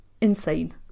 insane